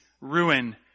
ruin